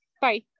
Bye